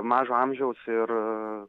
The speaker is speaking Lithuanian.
mažo amžiaus ir